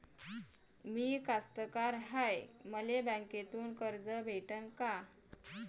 मी कास्तकार हाय, मले बँकेतून कर्ज भेटन का?